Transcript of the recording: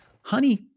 Honey